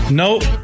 nope